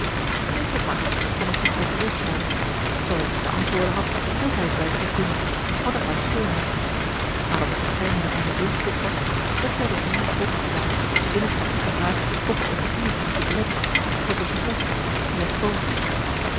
bartels kon het zich voor gezegd houden zoo hij iets te antwoorden had hield hij het wijselijk binnen want er kwam stoornis nadat er bescheidenlijk aan de deur getikt was werd zij door hendrik opengedaan die binnentrad met de vraag of er ook een ommezientje belet was voor dokter graswinckel gezegd